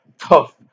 tough